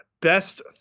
best